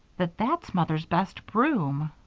that that's mother's best broom.